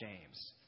James